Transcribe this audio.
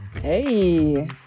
Hey